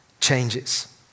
changes